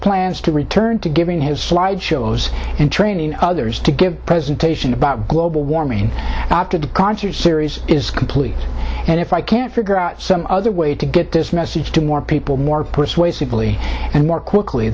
plans to return to giving his slideshows and training others to give a presentation about global warming after the concert series is complete and if i can't figure out some other way to get this message to more people more persuasively and more quickly